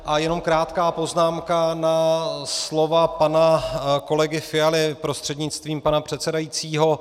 A jenom krátká poznámka na slova pana kolegy Fialy prostřednictvím pana předsedajícího.